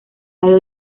radio